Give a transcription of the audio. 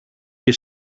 και